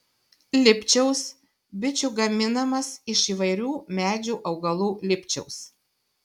lipčiaus bičių gaminamas iš įvairių medžių augalų lipčiaus